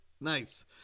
Nice